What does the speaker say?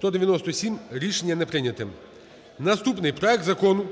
197. Рішення не прийняте. Наступний. Проект Закону